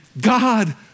God